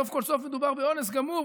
סוף כל סוף מדובר באונס גמור,